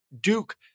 Duke